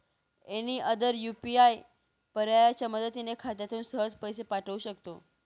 any other UPI पर्यायाच्या मदतीने खात्यातून सहज पैसे पाठवू शकतो